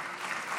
ברוך